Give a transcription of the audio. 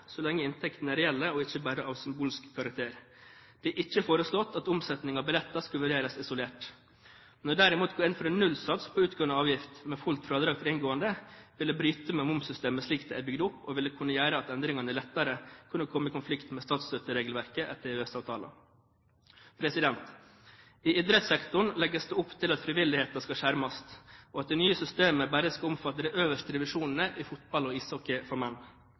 så lenge inntektene er reelle og ikke bare av symbolsk karakter. Det er ikke foreslått at omsetningen av billetter skal vurderes isolert. Men derimot å gå inn for en nullsats på utgående avgift, med fullt fradrag for inngående, ville bryte med momssystemet slik det er bygd opp, og ville kunne gjøre at endringene lettere kunne komme i konflikt med statsstøtteregelverket etter EØS-avtalen. I idrettssektoren legges det opp til at frivilligheten skal skjermes, og at det nye systemet bare skal omfatte de øverste divisjonene i fotball og ishockey for menn.